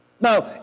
Now